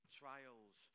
trials